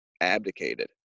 abdicated